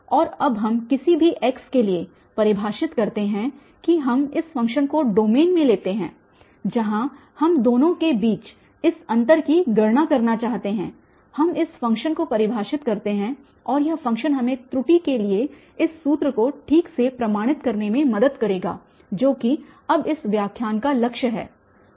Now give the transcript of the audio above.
और अब हम किसी भी x के लिए परिभाषित करते हैं कि हम इस फ़ंक्शन को डोमेन में लेते हैं जहाँ हम दोनों के बीच इस अंतर की गणना करना चाहते हैं हम इस फ़ंक्शन को परिभाषित करते हैं और यह फ़ंक्शन हमें त्रुटि के लिए इस सूत्र को ठीक से प्रमाणित करने में मदद करेगा जो कि अब इस व्याख्यान का लक्ष्य है